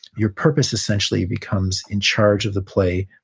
your purpose essentially becomes in charge of the play,